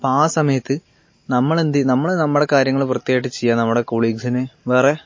അപ്പോൾ ആ സമയത്ത് നമ്മളെന്ത് ചെയ്ത് നമ്മൾ നമ്മുടെ കാര്യങ്ങള് വൃത്തിയായിട്ട് ചെയ്യാൻ നമ്മുടെ കൊളീഗ്സിനെ വേറെ